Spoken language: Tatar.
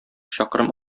чакрым